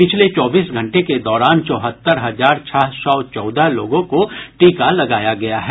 पिछले चौबीस घंटे के दौरान चौहत्तर हजार छह सौ चौदह लोगों को टीका लगाया गया है